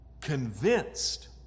convinced